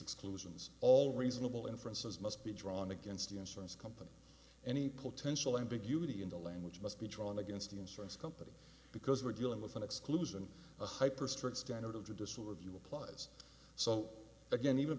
exclusions all reasonable inferences must be drawn against the insurance company any potential ambiguity in the language must be drawn against the insurance come because we're dealing with an exclusion and a hyper strict standard of traditional review applies so again even if